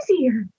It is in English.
easier